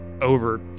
over